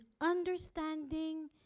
understanding